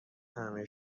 همه